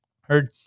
heard